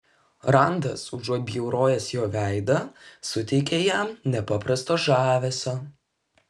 randas užuot bjaurojęs jo veidą suteikė jam nepaprasto žavesio